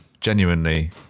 genuinely